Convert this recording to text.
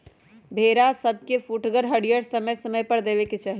भेड़ा सभके पुठगर हरियरी समय समय पर देबेके चाहि